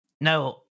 No